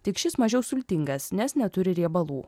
tik šis mažiau sultingas nes neturi riebalų